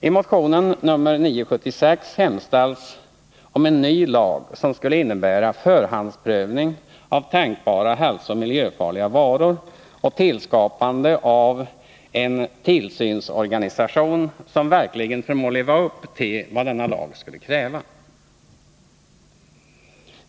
I motion 976 hemställs om en ny lag, som skulle innebära förhandsprövning av tänkbara hälsooch miljöfarliga varor och tillskapande av en tillsynsorganisation, som verkligen förmår leva upp till vad denna lag skulle kräva.